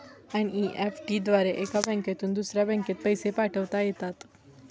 NEFT द्वारे एका बँकेतून दुसऱ्या बँकेत पैसे पाठवता येतात